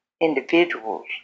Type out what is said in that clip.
individuals